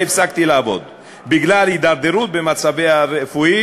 שבה הפסקתי לעבוד בגלל הידרדרות במצבי הרפואי,